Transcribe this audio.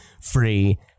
free